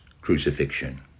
crucifixion